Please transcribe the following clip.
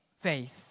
faith